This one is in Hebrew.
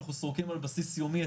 אנחנו סורקים על בסיס יומי,